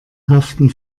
haften